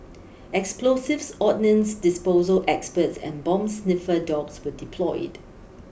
explosives ordnance disposal experts and bomb sniffer dogs were deployed